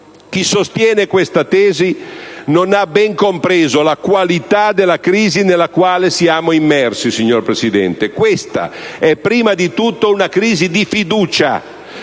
Chi sostiene questa tesi non ha ben compreso la qualità della crisi nella quale siamo immersi, signor Presidente. Questa è prima di tutto una crisi di fiducia